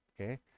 Okay